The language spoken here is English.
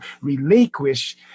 relinquish